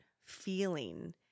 feeling